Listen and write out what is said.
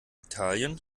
italien